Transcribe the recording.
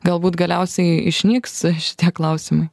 galbūt galiausiai išnyks šitie klausimai